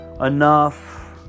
enough